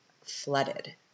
flooded